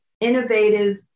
innovative